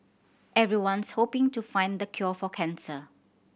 everyone's hoping to find the cure for cancer